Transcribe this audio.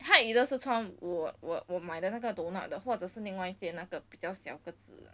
她 either 是穿我我我买的那个 donut 的或者是另外一件那个比较小个字